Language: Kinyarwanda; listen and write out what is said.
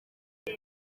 iri